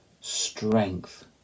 strength